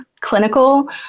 clinical